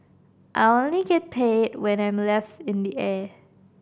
I only get paid when I'm in the air